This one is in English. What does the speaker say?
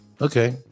Okay